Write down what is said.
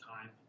time